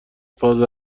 فاز